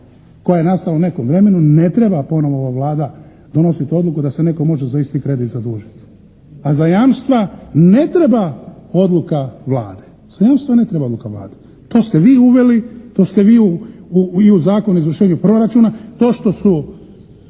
koja je nastala u nekom vremenu, ne treba ponovo ova Vlada donositi odluku da se netko može za isti kredit zadužiti. A za jamstva ne treba odluka Vlade. To ste vi uveli, to ste vi i u Zakon o izvršenju proračuna, to što su